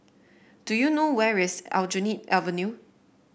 do you know where is Aljunied Avenue